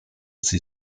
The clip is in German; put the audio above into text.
sie